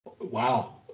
wow